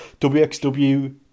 WXW